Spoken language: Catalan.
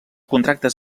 contractes